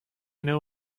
know